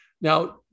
Now